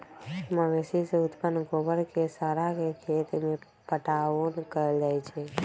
मवेशी से उत्पन्न गोबर के सड़ा के खेत में पटाओन कएल जाइ छइ